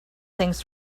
things